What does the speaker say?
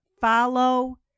follow